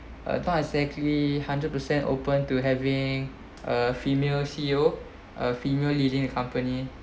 uh not exactly hundred per cent open to having a female C_E_O a female leading company